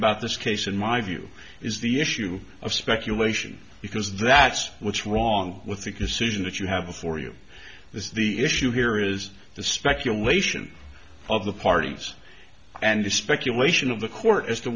about this case in my view is the issue of speculation because that's what's wrong with the concision that you have before you this is the issue here is the speculation of the parties and the speculation of the court as to